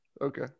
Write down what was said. Okay